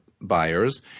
buyers